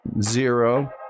Zero